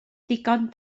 ddigon